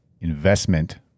investment